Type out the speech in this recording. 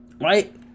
right